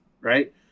Right